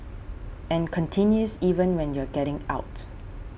and continues even when you're getting out